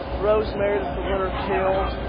rosemary that the winter killed,